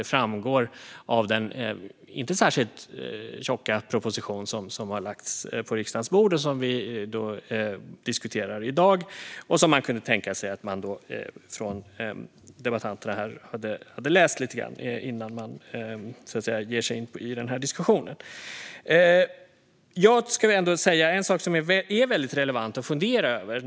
Det framgår av den inte särskilt tjocka proposition som har lagts på riksdagens bord och som vi diskuterar i dag. Man skulle kunna tänka sig att debattörerna här skulle ha läst den lite grann innan de ger sig in i den här diskussionen. Det är en sak som är väldigt relevant att fundera över.